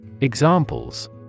Examples